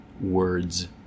words